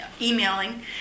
emailing